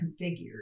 configured